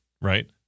right